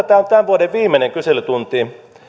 tämä on tämän vuoden viimeinen kyselytunti